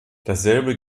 dasselbe